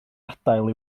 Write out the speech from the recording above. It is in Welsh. adael